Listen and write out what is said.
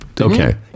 Okay